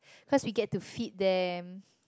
cause we get to feed them